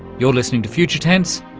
you're listening to future tense,